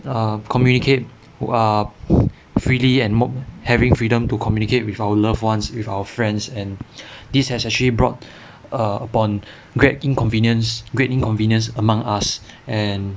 err communicate are freely and more having freedom to communicate with our loved ones with our friends and this has actually brought upon great inconvenience great inconvenience among us and